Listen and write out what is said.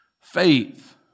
Faith